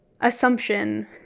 assumption